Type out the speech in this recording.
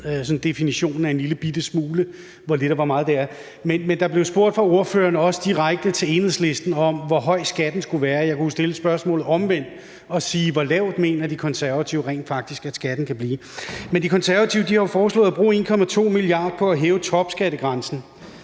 altså definitionen af en lillebitte smule – hvor lidt eller hvor meget er det? Men ordføreren spurgte også direkte Enhedslisten om, hvor høj skatten skulle være. Jeg kunne jo stille spørgsmålet omvendt og sige: Hvor lav mener De Konservative rent faktisk at skatten kan blive? De Konservative har jo foreslået at bruge 1,2 mia. kr. på at hæve topskattegrænsen,